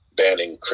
Banning